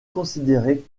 considéré